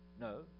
No